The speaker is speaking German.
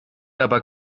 aber